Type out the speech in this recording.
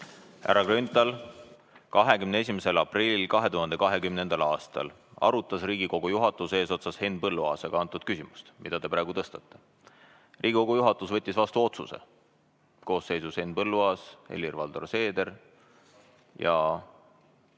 Härra Grünthal! 21. aprillil 2020. aastal arutas Riigikogu juhatus eesotsas Henn Põlluaasaga antud küsimust, mida te praegu tõstatate. Riigikogu juhatus koosseisus Henn Põlluaas, Helir-Valdor Seeder ja